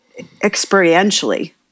experientially